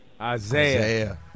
Isaiah